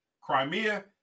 Crimea